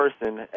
person